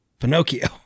Pinocchio